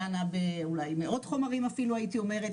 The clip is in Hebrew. דנה ב-אולי מאות חומרים אפילו הייתי אומרת,